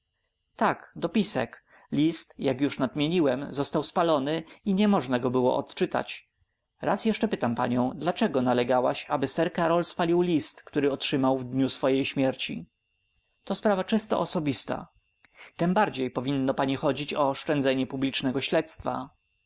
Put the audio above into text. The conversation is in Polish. tak dopisek list jak już raz nadmieniłem został spalony i nie można go było odczytać raz jeszcze pytam panią dlaczego nalegałaś aby sir karol spalił list który otrzymał w dniu swojej śmierci to sprawa czysto osobista tembardziej powinno pani chodzić o oszczędzenie publicznego śledztwa